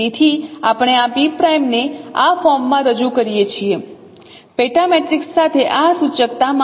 તેથી અમે આ P' ને આ ફોર્મમાં રજૂ કરીએ છીએ પેટા મેટ્રિક્સ સાથે આ સૂચકતામાં